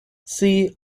see